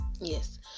yes